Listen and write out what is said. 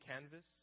canvas